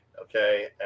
okay